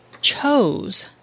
chose